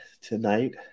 tonight